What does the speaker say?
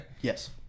yes